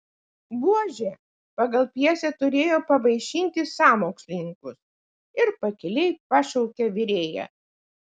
buožė pagal pjesę turėjo pavaišinti sąmokslininkus ir pakiliai pašaukė virėją